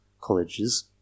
colleges